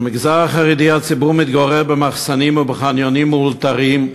במגזר החרדי הציבור מתגורר במחסנים ובחניונים מאולתרים.